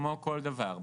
כמו כל דבר,